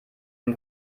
dem